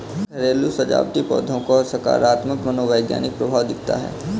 घरेलू सजावटी पौधों का सकारात्मक मनोवैज्ञानिक प्रभाव दिखता है